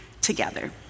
together